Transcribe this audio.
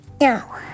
No